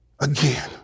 again